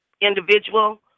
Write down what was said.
individual